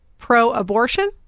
pro-abortion